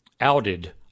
outed